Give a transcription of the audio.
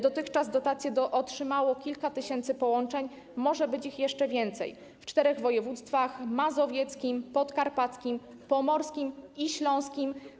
Dotychczas dotację otrzymało już kilka tysięcy połączeń - może być jeszcze więcej - w czterech województwach: mazowieckim, podkarpackim, pomorskim i śląskim.